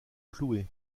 cloué